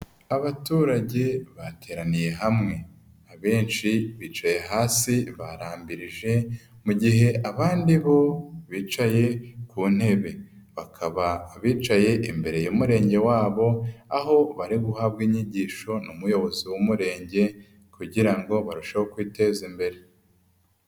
Abaturage bateraniye hamwe, abenshi bicaye hasi barambirije. Mu gihe abandi bo bicaye ku ntebe bakaba bicaye imbere y'Umurenge wabo, aho bari guhabwa inyigisho n'umuyobozi w'Umurenge kugira ngo barusheho kwiteza imbere.